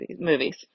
movies